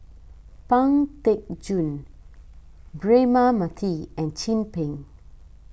Pang Teck Joon Braema Mathi and Chin Peng